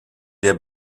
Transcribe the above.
der